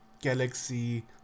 Galaxy